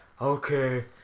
Okay